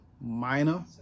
minor